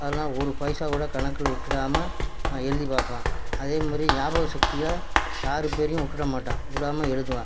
அதலாம் ஒரு பைசாக் கூட கணக்கில் விட்டுடாம நான் எழுதி பார்ப்பேன் அதே மாதிரி ஞாபக சக்தியாக யாரு பெயரையும் விட்டுட மாட்டேன் விடாம எழுதுவேன்